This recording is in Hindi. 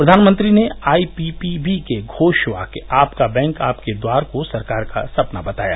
प्रधानमंत्री ने आईपीपीबी के घोष वाक्य आपका बैंक आपके द्वार को सरकार का सपना बताया